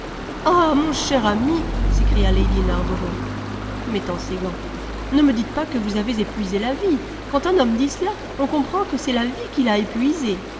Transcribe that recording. ah mon cher ami s'écria lady narborough mettant ses gants ne me dites pas que vous avez épuisé la vie quand un homme dit cela on comprend que c'est la vie qui l'a épuisé